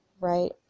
right